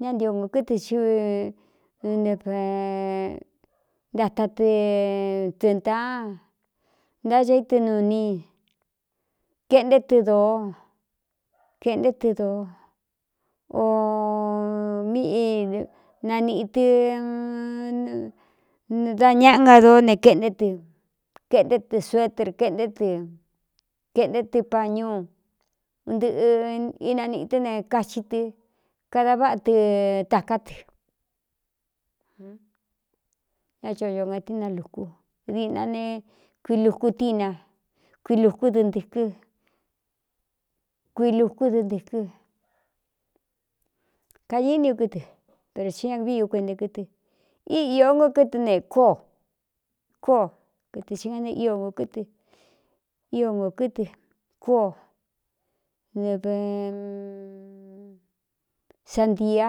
Ná ntio ngō kɨtɨ ntata tɨtɨntaán ntá ca ítɨ nu ini keꞌnté tɨ dōó keꞌnté tɨ dóo o míꞌi nanīꞌi tɨda ñaꞌa nga dóó ne keꞌnté tɨ kaeꞌnté tɨ suetr keꞌnté tɨ kēꞌnté tɨ pañuu untɨꞌɨ inanīꞌi tɨ́ ne kachi tɨ kada váꞌa tɨ tāká tɨ ña cho ño ngatɨna luku diꞌna ne kuiluku tína kuilukú dɨ ntɨkɨ́ kuilukú dɨ ntɨ̄kɨ́ kaɨ ni u kɨtɨ pero tí ñavi ú kuente kɨtɨ í īó nko kɨtɨ nekóokóó kɨtɨ hi ga ne ío nō kɨtɨ ío ngō kɨtɨ kóó sandia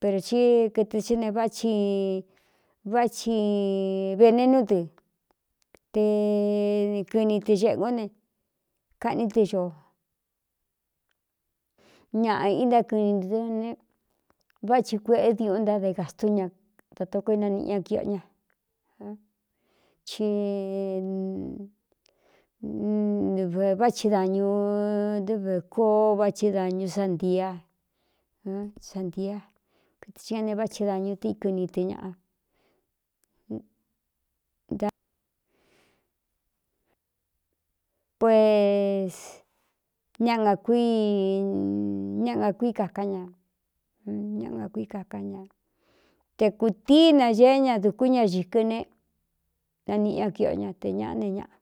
per í kɨtɨ thɨ ne váꞌchi váꞌchi venenú dɨ te kɨni tɨ xēꞌēngú ne kaꞌní tɨ xo ñaꞌa intákɨni ̄ tɨ ne vá chi kueꞌé diuꞌú ntá da gāstún ña datoko inaniꞌi ña kiꞌo ña civváꞌchi dañu ɨv kóó váꞌchi dañu sania sandia kɨtɨ i ña ne váꞌthi dañu tɨ ikɨni tɨ ñꞌa pues ñáakuñáꞌa na kui kakán ña ñáꞌa nakui kākán ña te kūtíinañeé ña dukú ña xīkɨ ne naniꞌi ña kiꞌo ña te ñꞌa ne ñꞌa.